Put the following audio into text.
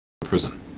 prison